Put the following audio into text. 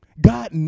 God